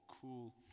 cool